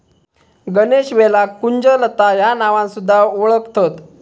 गणेशवेलाक कुंजलता ह्या नावान सुध्दा वोळखतत